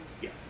Yes